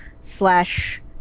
slash